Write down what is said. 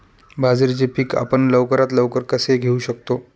बाजरीचे पीक आपण लवकरात लवकर कसे घेऊ शकतो?